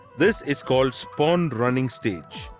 this is called spawn-running stage.